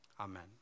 Amen